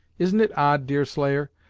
isn't it odd, deerslayer,